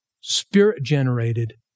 Spirit-generated